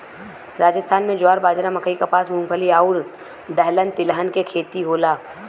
राजस्थान में ज्वार, बाजरा, मकई, कपास, मूंगफली आउर दलहन तिलहन के खेती होला